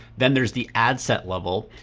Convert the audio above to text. then there's the ad set level,